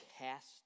cast